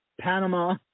Panama